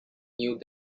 new